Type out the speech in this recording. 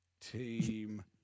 team